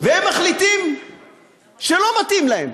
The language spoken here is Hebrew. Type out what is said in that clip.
והם מחליטים שלא מתאים להם.